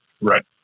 Right